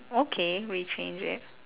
okay rechange it